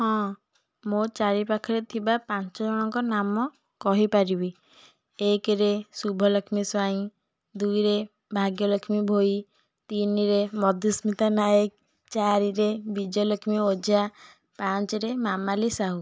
ହଁ ମୋ ଚାରିପାଖରେ ଥିବା ପାଞ୍ଚ ଜଣଙ୍କ ନାମ କହି ପାରିବି ଏକରେ ଶୁଭଲକ୍ଷ୍ମୀ ସ୍ୱାଇଁ ଦୁଇରେ ଭାଗ୍ୟଲକ୍ଷ୍ମୀ ଭୋଇ ତିନିରେ ମଧୁସ୍ମିତା ନାଏକ ଚାରିରେ ବିଜୟଲକ୍ଷ୍ମୀ ଓଝା ପାଞ୍ଚରେ ମାମାଲି ସାହୁ